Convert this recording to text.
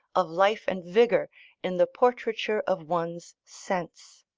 of life and vigour in the portraiture of one's sense.